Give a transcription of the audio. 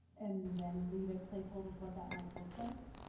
and then leave it placeholders what that might look like?